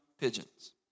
pigeons